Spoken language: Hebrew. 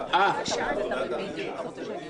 אמרת להם שאנחנו מורידים?